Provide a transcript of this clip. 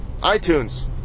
iTunes